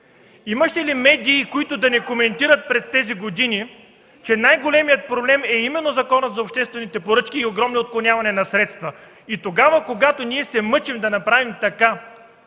Имаше ли медии, които да не коментират през тези години, че най-големият проблем е именно Законът за обществените поръчки и огромно отклоняване на средства? И тогава, когато ние се стремим да направим така,